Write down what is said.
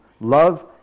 love